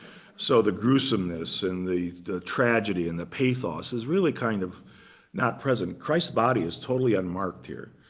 so the gruesomeness and the the tragedy and the pathos is really kind of not present. christ's body is totally unmarked here.